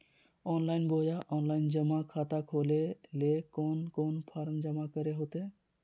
Online बोया offline जमा खाता खोले ले कोन कोन फॉर्म जमा करे होते?